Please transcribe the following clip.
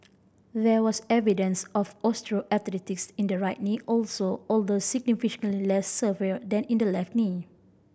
there was evidence of osteoarthritis in the right knee also although significantly less severe than in the left knee